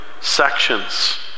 sections